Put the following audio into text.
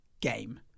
game